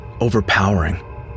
overpowering